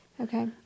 Okay